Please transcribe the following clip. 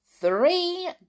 Three